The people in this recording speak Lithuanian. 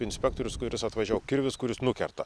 inspektorius kuris atvažiavo kirvis kuris nukerta